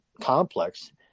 complex